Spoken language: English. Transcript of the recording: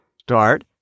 start